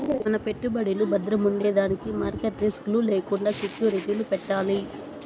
మన పెట్టుబడులు బద్రముండేదానికి మార్కెట్ రిస్క్ లు లేకండా సెక్యూరిటీలు పెట్టాలి